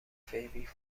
فیبی